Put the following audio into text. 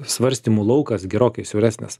svarstymų laukas gerokai siauresnis